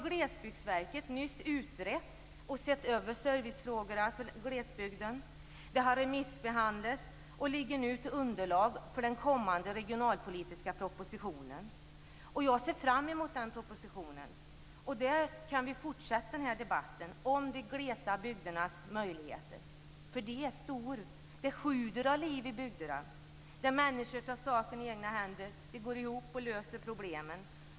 Glesbygdsverket har nyligen utrett och sett över servicefrågorna vad gäller glesbygden. Remissbehandling har skett och detta utgör nu underlag för den kommande regionalpolitiska propositionen. Jag ser fram emot den propositionen. Då kan vi fortsätta debatten om de glesa bygdernas möjligheter. Deras möjligheter är stora. Det sjuder av liv i bygderna. Människor tar saken i egna händer och går ihop för att lösa problemen.